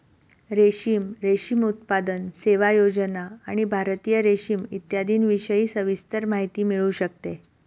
रेशीम, रेशीम उत्पादन, सेवा, योजना आणि भारतीय रेशीम इत्यादींविषयी सविस्तर माहिती मिळू शकते